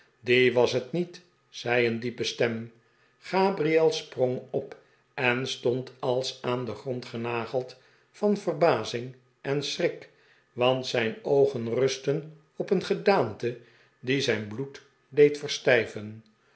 die was het niet zei een diepe stem gabriel sprong op en stond als aan den grond genageld van verbazing en schrik want zijn oogen rustten op een gedaante die zijn bloed deed